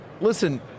listen